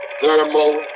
Thermal